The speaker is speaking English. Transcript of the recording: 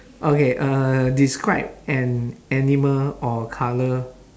okay uh describe an animal or colour